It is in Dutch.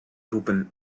roepen